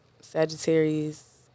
Sagittarius